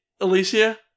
Alicia